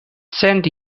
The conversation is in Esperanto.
cent